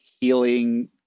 healing